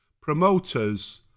promoters